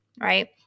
right